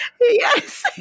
Yes